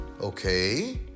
Okay